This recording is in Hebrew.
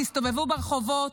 תסתובבו ברחובות,